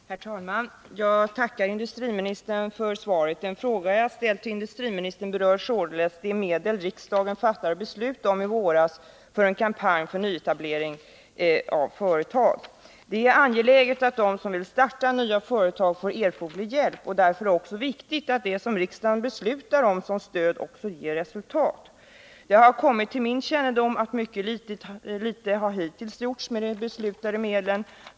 Herr talman! Jag tackar industriministern för svaret. Den fråga jag ställt till industriministern berör således de medel riksdagen fattade beslut om i våras för en kampanj för nyetablering av företag. Det är angeläget att de som vill starta nya företag får erforderlig hjälp, och därför är det också viktigt att det som riksdagen beslutar om som stöd också ger resultat. Det har kommit till min kännedom att mycket litet hittills har gjorts med de beslutade medlen.